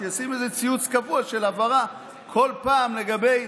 שישים איזה ציוץ קבוע של הבהרה כל פעם לגבי